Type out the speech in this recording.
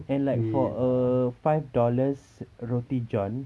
and like for a five dollar roti john